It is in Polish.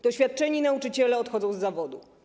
Doświadczeni nauczyciele odchodzą z zawodu.